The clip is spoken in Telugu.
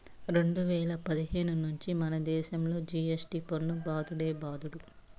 రెండు వేల పదిహేను నుండే మనదేశంలో జి.ఎస్.టి పన్ను బాదుడే బాదుడు